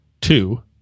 two